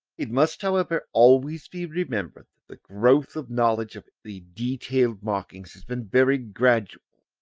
it must however always be remembered that the growth of knowledge of the detailed markings has been very gradual,